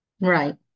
Right